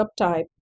subtype